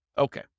Okay